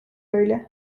öyle